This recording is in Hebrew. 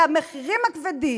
של המחירים הכבדים,